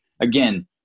Again